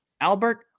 Albert